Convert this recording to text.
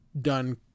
done